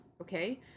Okay